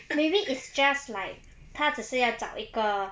maybe is just like 他只是要找一个